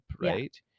right